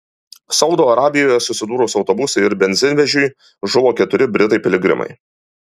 saudo arabijoje susidūrus autobusui ir benzinvežiui žuvo keturi britai piligrimai